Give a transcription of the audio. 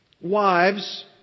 wives